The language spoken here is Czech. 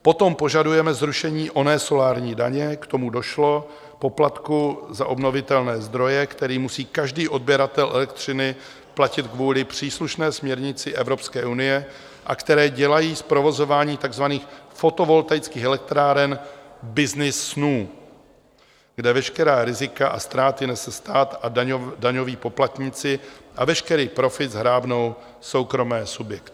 Potom požadujeme zrušení oné solární daně k tomu došlo, poplatku za obnovitelné zdroje, které musí každý odběratel elektřiny platit kvůli příslušné směrnici Evropské unie a které dělají z provozování takzvaných fotovoltaických elektráren byznys snů, kde veškerá rizika a ztráty nese stát a daňoví poplatníci a veškerý profit shrábnou soukromé subjekty.